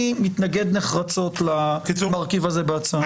אני מתנגד נחרצות למרכיב הזה בהצעה.